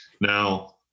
Now